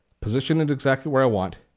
position it exactly where i want